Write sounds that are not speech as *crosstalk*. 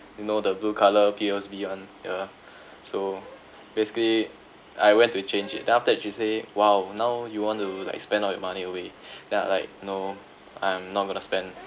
you know the blue colour P_O_S_B one yeah *breath* so basically I went to change it then after that she said !wow! now you want to like spend all your money away *breath* then I'm like no I'm not gonna spend